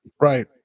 Right